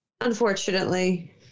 Unfortunately